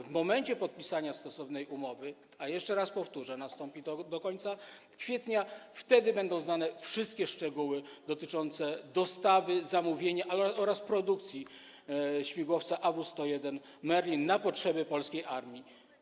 W momencie podpisania stosownej umowy, a jeszcze raz powtórzę: nastąpi to do końca kwietnia, będą znane wszystkie szczegóły dotyczące dostawy, zamówień oraz produkcji śmigłowca AW101 Merlin na potrzeby polskiej armii.